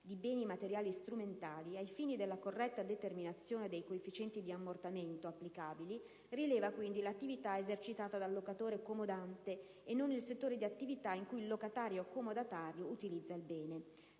di beni materiali strumentali, ai fini della corretta determinazione dei coefficienti di ammortamento applicabili rileva, quindi, l'attività esercitata dal locatore/comodante e non il settore di attività in cui il locatario/comodatario utilizza il bene.